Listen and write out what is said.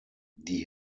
die